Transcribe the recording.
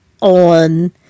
on